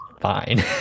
Fine